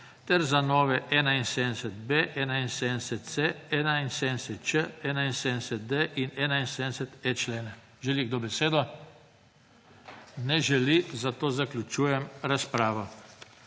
ter za nove 71.b, 71.c, 71.č, 71.d in 71. e člene. Želi kdo besedo? Ne želi, zato zaključujem razpravo.